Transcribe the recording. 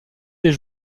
des